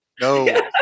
No